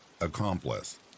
Accomplice